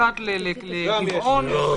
אחת לרבעון יש